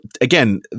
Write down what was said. again